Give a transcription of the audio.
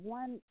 one